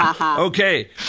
Okay